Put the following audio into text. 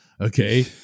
Okay